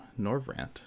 Norvrant